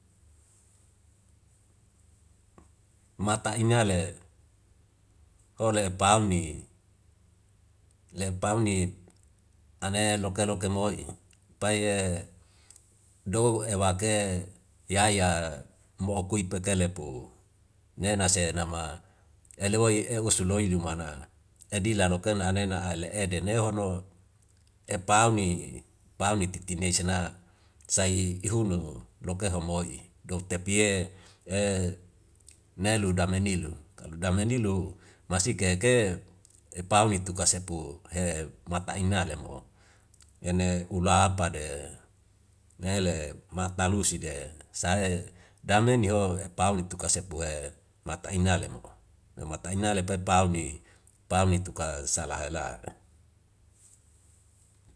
Mata ina le o'le pauni, le pauni ane loke lokemoi pai do ewake yaya mo kui tapele pu ne na senama e'loi usu loi lumana edila lok en ane na ai le'e ne hono epauni, pauni titine sena sai ihululu lok'e homoi dok tapi nelu dame nilu. Dame nilu masik keke epauni tu kasepu mata ina le mo ene ulapa de ne le mata lusi de sa dame niho epauli tu kasepu mata ina le mo, mata ina le pai pauni, pauni tu ka sala ela.